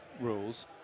rules